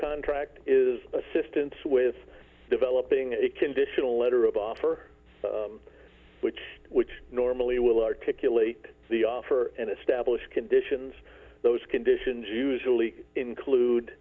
contract is assistance with developing a conditional letter of offer which which normally will articulate the offer and establish conditions those conditions usually include